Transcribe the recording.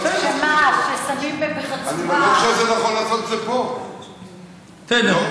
אם זה נוהל,